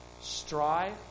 strive